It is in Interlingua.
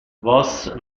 vos